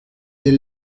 des